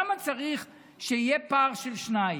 למה צריך שיהיה פער של שניים?